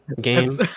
game